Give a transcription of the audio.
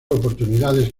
oportunidades